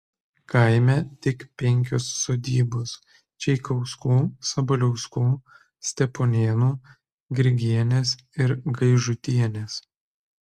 kaime tik penkios sodybos čeikauskų sabaliauskų steponėnų grigienės ir gaižutienės